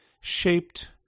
shaped